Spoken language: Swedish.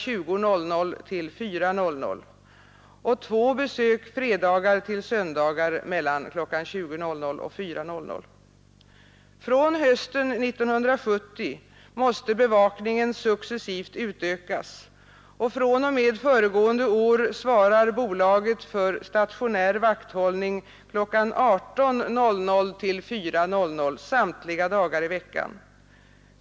20.00 — 04.00 och två besök fredagar till söndagar kl. 20.00 — 04.00. Från hösten 1970 måste bevakningen successivt utökas, och fr.o.m. föregående år svarar bolaget för stationär vakthållning kl. 18.00 — 04.00 samtliga dagar i veckan.